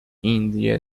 indie